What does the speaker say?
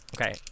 Okay